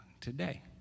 today